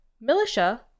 militia